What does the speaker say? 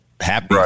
happy